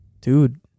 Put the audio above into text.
dude